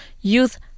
Youth